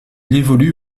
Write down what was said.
évolue